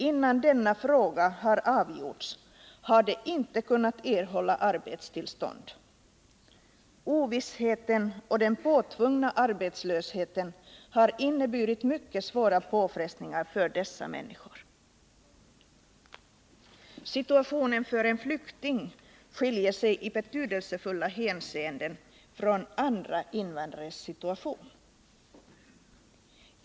Innan denna fråga har avgjorts har de inte kunnat erhålla arbetstillstånd. Ovissheten och den påtvungna arbetslösheten har inneburit mycket svåra påfrestningar för dessa människor. Situationen för en flykting skiljer sig i betydelsefulla hänseenden från andra invandrares situation.